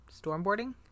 stormboarding